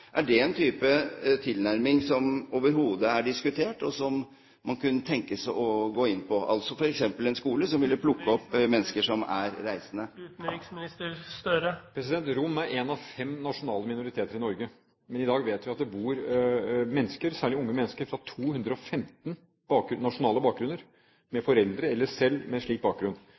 Er det en type tilnærming som overhodet er diskutert, som man kunne tenkes å gå inn på – altså f.eks. en skole som ville plukke opp mennesker som er reisende? Romfolket er en av fem nasjonale minoriteter i Norge, men i dag vet vi at her bor det mennesker, særlig unge mennesker, med 215 nasjonale bakgrunner, med foreldre som har, eller som selv har, slik bakgrunn.